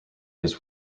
his